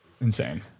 insane